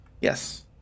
yes